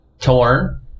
torn